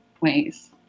ways